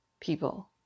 people